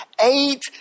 eight